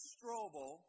Strobel